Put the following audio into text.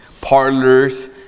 parlors